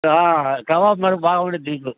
ఆ కబాబ్ మటుకు బాగుంటుంది